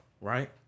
right